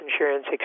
insurance